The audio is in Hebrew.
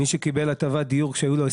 מי שקיבל הטבת דיור כשהיו לו 20%,